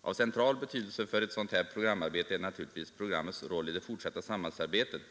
Av central betydelse för ett sådant här programarbete är naturligtvis programmets roll i det fortsatta samhällsarbetet.